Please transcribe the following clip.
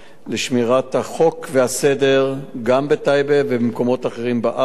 לשמירת החוק והסדר גם בטייבה ובמקומות אחרים בארץ,